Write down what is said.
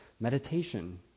Meditation